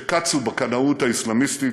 שקצו בקנאות האסלאמיסטית,